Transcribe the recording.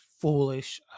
foolish